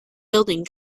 building